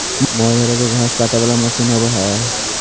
mower एगो घास काटे वाला मशीन हई